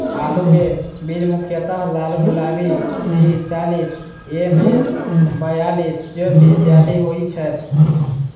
आलु केँ बीज मुख्यतः लालगुलाब, सी चालीस, एम.एस बयालिस, ज्योति, इत्यादि होए छैथ?